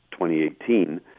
2018